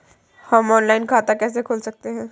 हम ऑनलाइन खाता कैसे खोल सकते हैं?